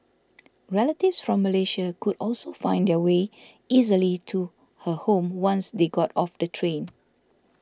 relatives from Malaysia could also find their way easily to her home once they got off the train